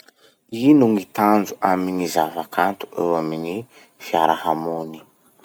Ino gny tanjo amy gny zava-kanto eo amy gny fiarahamony?